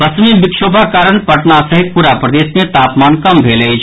पश्चिमी विक्षोभक कारण पटना सहित पूरा प्रदेश मे तापमान कम भेल अछि